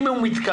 אם הוא מתקבל,